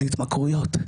זה התמכרויות,